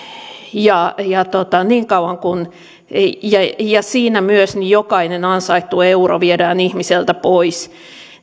niin kauan kuin siinä jokainen ansaittu euro viedään ihmiseltä pois